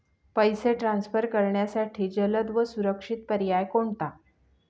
पैसे ट्रान्सफर करण्यासाठी जलद व सुरक्षित पर्याय कोणता?